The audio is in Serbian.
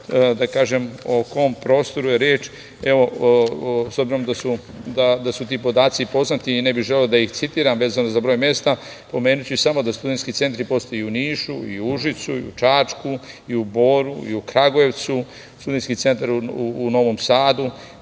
shvatilo o kom prostoru je reč, s obzirom da su ti podaci poznati, ne bih želeo da ih citiram, vezano za broj mesta. Pomenuću samo da studentski centri postoje u Nišu, u Užicu, u Čačku, u Boru, u Kragujevcu, Studentski centar u Novom Sadu,